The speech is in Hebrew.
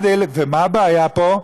ומה הבעיה פה?